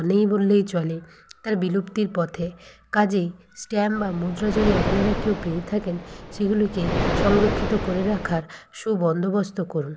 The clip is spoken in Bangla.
নেই বললেই চলে তার বিলুপ্তির পথে কাজেই স্ট্যাম্প বা মুদ্রা যদি আপনারা কেউ পেয়ে থাকেন সেগুলিকে সংরক্ষিত করে রাখার সু বন্দোবস্ত করুন